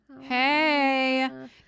Hey